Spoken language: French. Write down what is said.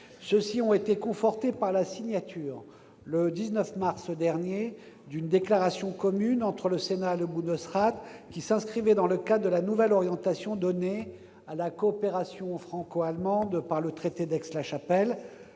Ceux-ci ont été confortés par la signature, le 19 mars dernier, d'une déclaration commune entre le Sénat et le Bundesrat, qui s'inscrivait dans le cadre de la nouvelle orientation donnée à la coopération franco-allemande par le traité d'Aix-la-Chapelle.